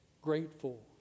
grateful